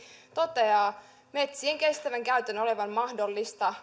toteaa metsien kestävän käytön olevan mahdollista